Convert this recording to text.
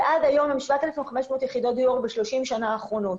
אלעד, הם 7,500 יחידות דיור ב-30 שנה האחרונות.